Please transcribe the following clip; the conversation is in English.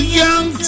young